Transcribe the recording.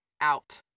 out